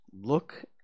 Look